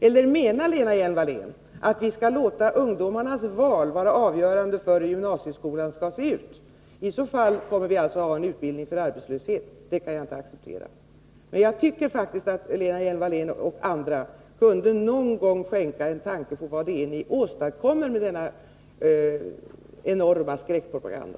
Eller menar Lena Hjelm-Wallén att vi skall låta ungdomarnas val vara avgörande för hur gymnasieskolan skall se ut? I så fall skulle vi ha en utbildning för arbetslöshet, och det kan jag inte acceptera. Jag tycker faktiskt att Lena Hjelm-Wallén och andra någon gång kunde skänka en tanke åt vad ni åstadkommer med denna enorma skräckpropaganda.